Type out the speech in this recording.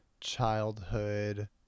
childhood